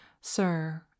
Sir